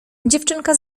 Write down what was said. dziewczynka